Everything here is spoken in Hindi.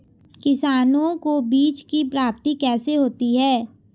किसानों को बीज की प्राप्ति कैसे होती है?